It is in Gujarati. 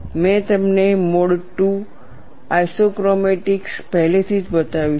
મેં તમને મોડ II આઇસોક્રોમેટિક્સ પહેલેથી જ બતાવ્યું છે